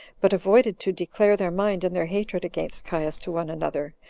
but avoided to declare their mind and their hatred against caius to one another,